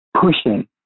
pushing